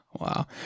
Wow